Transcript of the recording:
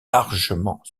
largement